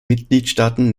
mitgliedstaaten